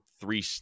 three